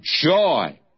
joy